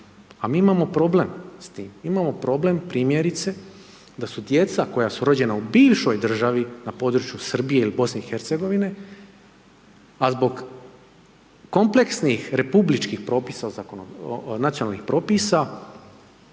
A mi imamo problem s tim. Imamo problem primjerice da su djeca koja su rođena u bivšoj državi na području Srbije ili BiH a zbog kompleksnih, republičkih propisa, nacionalnih propisa